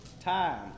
time